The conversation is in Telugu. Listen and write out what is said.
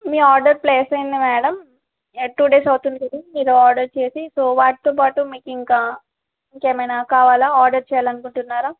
మీ ఆర్డర్ ప్లేస్ అయ్యింది మేడం టూ డేస్ అవుతుంది మీరు ఆర్డర్ చేసి సో వాటితో పాటు మీకు ఇంకా ఇంకా ఏమైనా కావాలా ఆర్డర్ చేయాలి అనుకుంటున్నారా